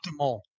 optimal